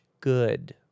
good